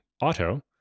auto